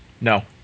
No